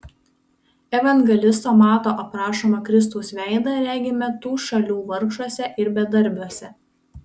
evangelisto mato aprašomą kristaus veidą regime tų šalių vargšuose ir bedarbiuose